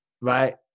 right